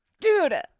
Dude